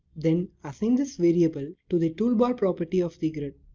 then assign this variable to the toolbar property of the grid.